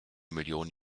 millionen